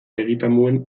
egitamuen